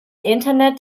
internet